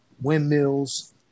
windmills